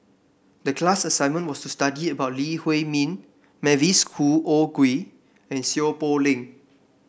the class assignment was to study about Lee Huei Min Mavis Khoo O Oei and Seow Poh Leng